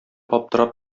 аптырап